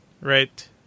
right